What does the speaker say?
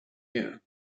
year